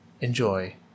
enjoy